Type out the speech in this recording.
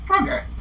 okay